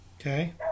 Okay